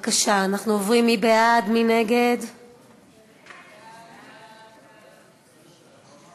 מאתנו: איך אנחנו יכולות לחולל את השינוי הזה.